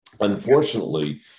Unfortunately